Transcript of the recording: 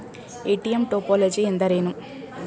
ATM topology ಎಂದರೇನು?